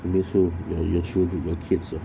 that means so you you are true to your kids lah